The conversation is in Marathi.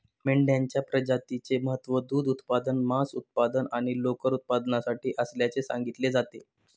मेंढ्यांच्या प्रजातीचे महत्त्व दूध उत्पादन, मांस उत्पादन आणि लोकर उत्पादनासाठी असल्याचे सांगितले जाते